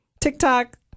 TikTok